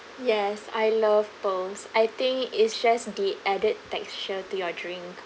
yes I love pearls I think it's just the added texture to your drink